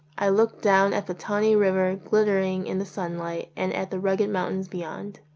i looked down at the tawny river glittering in the sunlight and at the rugged mountains be yond.